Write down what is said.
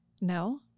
no